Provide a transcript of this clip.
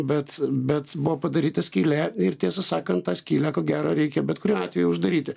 bet bet buvo padaryta skylė ir tiesą sakant tą skylę ko gero reikia bet kuriuo atveju uždaryti